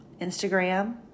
Instagram